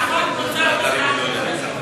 החוק נוצר בזמן כהונתו,